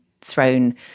thrown